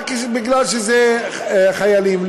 רק בגלל שזה חיילים,